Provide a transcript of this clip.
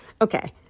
okay